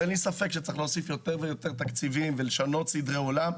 אין לי ספק שצריך להוסיף יותר ויותר תקציבים ולשנות סדרי עולם,